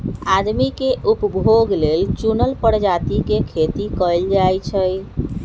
आदमी के उपभोग लेल चुनल परजाती के खेती कएल जाई छई